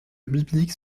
biblique